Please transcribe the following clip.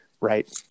right